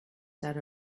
set